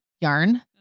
yarn